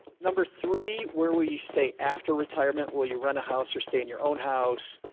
number three, where will you stay after retirement? will you rent a house or stay in your own house?